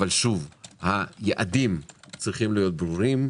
אבל היעדים צריכים להיות ברורים,